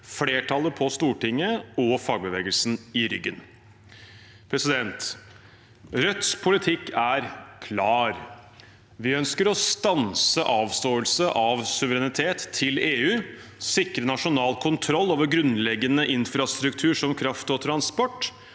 flertallet på Stortinget og fagbevegelsen i ryggen. Rødts politikk er klar: Vi ønsker å stanse avståelse av suverenitet til EU, sikre nasjonal kontroll over grunnleggende infrastruktur som kraft og transport,